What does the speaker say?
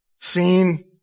seen